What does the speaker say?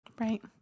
Right